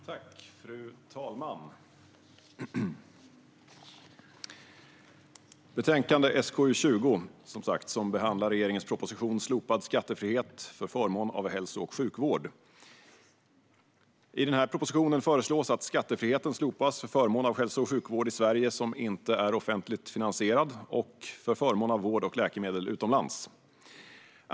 Fru talman! Betänkande SkU20 behandlar regeringens proposition Slopad skattefrihet för förmån av hälso och sjukvård . I propositionen föreslås att skattefriheten slopas för förmån av hälso och sjukvård i Sverige som inte är offentligt finansierad och för förmån av vård och läkemedel utomlands.